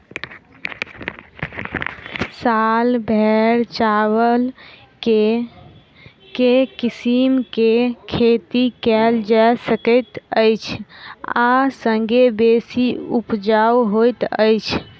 साल भैर चावल केँ के किसिम केँ खेती कैल जाय सकैत अछि आ संगे बेसी उपजाउ होइत अछि?